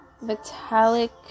metallic